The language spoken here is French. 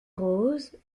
rose